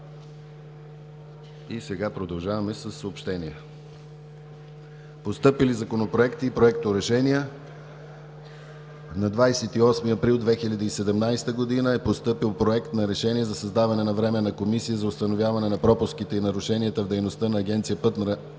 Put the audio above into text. Сега продължаваме със съобщения. Постъпили законопроекти и проекторешения: На 28 април 2017 г. е постъпил Проект на решение за създаване на Временна комисия за установяване на пропуските и нарушенията в дейността на Агенция „Пътна